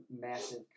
massive